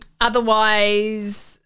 Otherwise